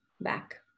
back